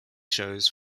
shows